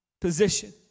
position